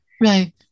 right